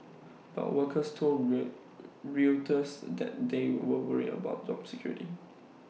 but workers told re Reuters that they were worried about job security